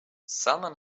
salmon